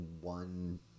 one